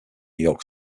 york